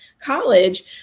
college